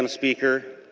and speaker.